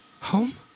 Home